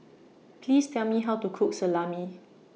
Please Tell Me How to Cook Salami